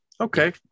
Okay